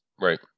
Right